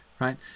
Right